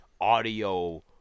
audio